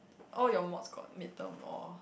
all your mods got mid term or